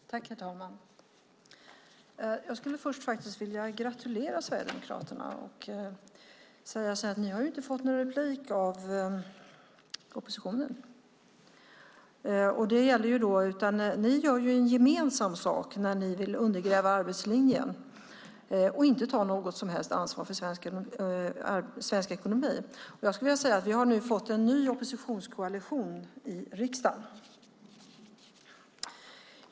Herr talman! Jag skulle först faktiskt vilja gratulera Sverigedemokraterna och säga att oppositionen inte har begärt någon replik. Ni gör ju gemensam sak när ni vill undergräva arbetslinjen och inte ta något som helst ansvar för svensk ekonomi. Jag skulle vilja säga att vi nu har fått en ny oppositionskoalition i riksdagen.